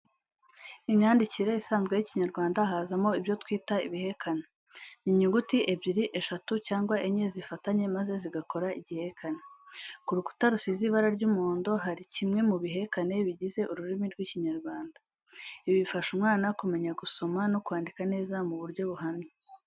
Imyandikire isanzwe y'Ikinyarwanda hazamo ibyo twita ibihekane. Ni inyuguti ebyiri, eshatu cyangwa enye zifatanye maze zigakora igihekane. Ku rukuta rusize ibara ry'umuhondo hari kimwe mu bihakene bigize ururimi rw'Ikinyarwanda. Ibi bifasha umwana kumenya gusoma no kwandika neza mu buryo buhamye.